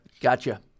Gotcha